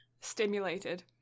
Stimulated